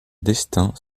destins